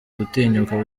gutinyuka